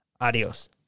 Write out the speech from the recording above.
Adios